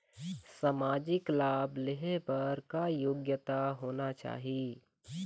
सामाजिक लाभ लेहे बर का योग्यता होना चाही?